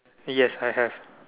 yes I have